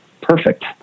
perfect